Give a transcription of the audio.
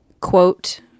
quote